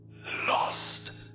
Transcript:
Lost